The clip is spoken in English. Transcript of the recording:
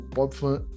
PopFan